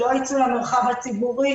שלא יצאו למרחב הציבורי